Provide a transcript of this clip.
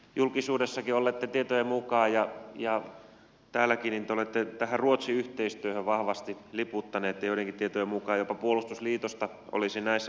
julkisuudessakin olleitten tietojen mukaan ja täälläkin te olette tähän ruotsi yhteistyöhön vahvasti liputtanut ja joidenkin tietojen mukaan jopa puolustusliitosta olisi näissä puhuttu